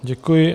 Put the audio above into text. Děkuji.